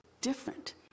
different